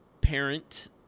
parent